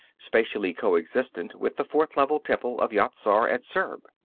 spatially co-existent with the fourth level temple of yat-zar at zurb.